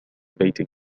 بيتك